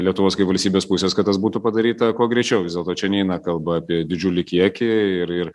lietuvos kaip valstybės pusės kad tas būtų padaryta kuo greičiau vis dėlto čia neina kalba apie didžiulį kiekį ir ir